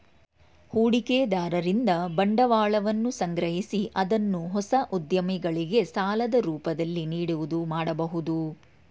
ಹೂಡಿಕೆದಾರರಿಂದ ಬಂಡವಾಳವನ್ನು ಸಂಗ್ರಹಿಸಿ ಅದನ್ನು ಹೊಸ ಉದ್ಯಮಗಳಿಗೆ ಸಾಲದ ರೂಪದಲ್ಲಿ ನೀಡುವುದು ಮಾಡಬಹುದು